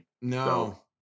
No